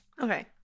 okay